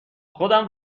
خودم